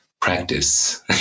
practice